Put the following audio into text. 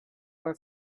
for